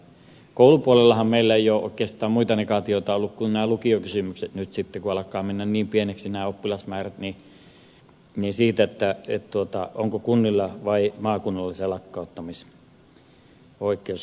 koulupuolellahan meillä ei ole oikeastaan muita negaatioita ollut kuin nämä lukiokysymykset sitten kun alkavat mennä niin pieniksi nämä oppilasmäärät siitä onko kunnilla vai maakunnalla se lakkauttamisoikeus